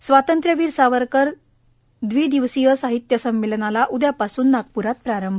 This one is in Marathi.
आणि स्वातंत्र्यवीर सावरकर द्वि दिवसीय साहित्य संमेलनाला उद्यापासन नागपूरात प्रारंभ